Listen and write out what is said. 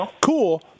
cool